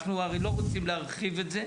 אנחנו הרי לא רוצים להרחיב את זה,